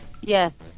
Yes